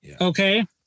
Okay